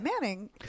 Manning